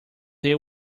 they